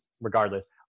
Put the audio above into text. regardless